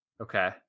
Okay